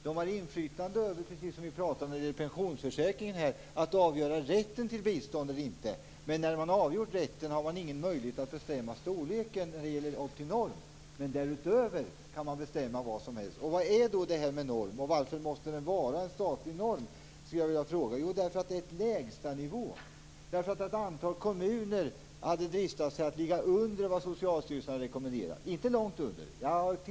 Som vi talade om när det gällde pensionsförsäkringen har de att avgöra om det föreligger rätt till bidrag eller inte, men man har sedan ingen annan möjlighet att bestämma storleken än genom att gå över normen. Ovanför den kan man bestämma vad som helst. Jag ställer då frågan vad den statliga normen innebär och varför vi måste ha en sådan. Jo, därmed sätts en lägsta nivå. Ett antal kommuner hade dristat sig att lägga sig under det som Socialstyrelsen hade rekommenderat, om också inte långt under detta.